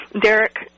Derek